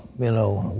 you know,